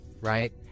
right